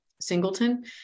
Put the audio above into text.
Singleton